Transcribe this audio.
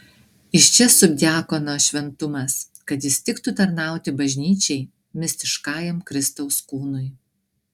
iš čia subdiakono šventumas kad jis tiktų tarnauti bažnyčiai mistiškajam kristaus kūnui